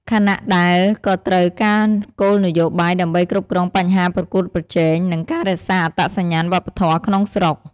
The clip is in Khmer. ខណៈដែលក៏ត្រូវការគោលនយោបាយដើម្បីគ្រប់គ្រងបញ្ហាប្រកួតប្រជែង និងការរក្សាអត្តសញ្ញាណវប្បធម៌ក្នុងស្រុក។